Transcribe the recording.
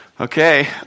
Okay